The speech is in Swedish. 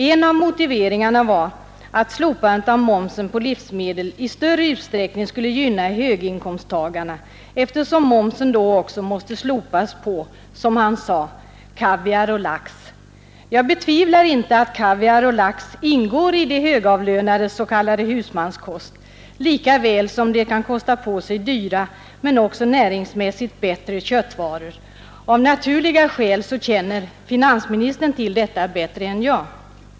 En av motiveringarna var att ett slopande av momsen på livsmedel i större utsträckning skulle gynna höginkomsttagarna, eftersom momsen då också måste slopas på, som herr Sträng sade, ”kaviar och lax”. Jag betvivlar inte att kaviar och lax ingår i de högavlönades s.k. husmanskost, lika väl som de kan kosta på sig dyra men också näringsmässigt bättre köttvaror. Av naturliga skäl känner finansministern till detta bättre än jag.